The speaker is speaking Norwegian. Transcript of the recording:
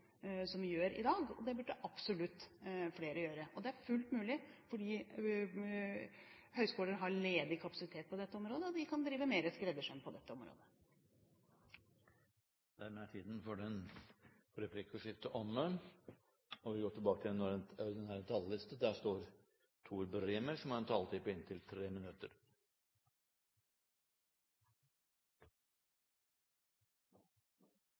gjør i dag, og det burde absolutt flere gjøre. Det er fullt mulig, fordi høgskoler har ledig kapasitet på dette området, og de kan drive mer skreddersøm på dette området. Replikkordskiftet er omme. De talere som heretter får ordet, har en taletid på inntil 3 minutter. I tråd med det debatten har avklara no, så vil eg foreslå på